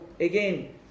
Again